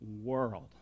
world